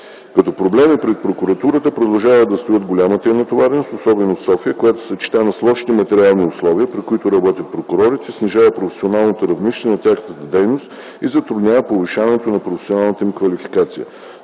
Като проблеми пред прокуратурата продължават да стоят голямата й натовареност, особено в София, която съчетана с лошите материални условия, при които работят прокурорите, снижава професионално равнище на тяхната дейност и затруднява повишаването на професионалната им квалификация.